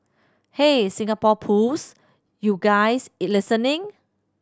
hey Singapore Pools you guys listening